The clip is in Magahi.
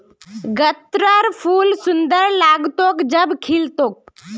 गत्त्रर फूल सुंदर लाग्तोक जब खिल तोक